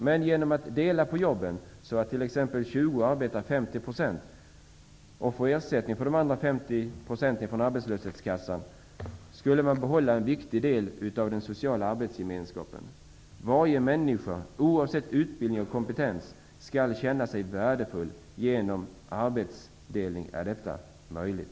Men genom att man delar på jobben, så att t.ex. 20 personer arbetar 50 % och får ersättning från arbetslöshetskassan för resterande 50 %, skulle en viktig del av den sociala arbetsgemenskapen behållas. Varje människa, oavsett utbildning och kompetens, skall känna sig värdefull. Genom arbetsdelning är detta möjligt.